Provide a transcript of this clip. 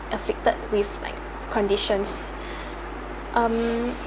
affected with like conditions um